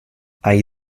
hay